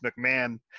McMahon